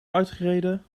uitgereden